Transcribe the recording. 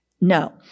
No